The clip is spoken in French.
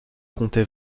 comptait